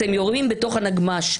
אתם יורים בתוך הנגמ"ש.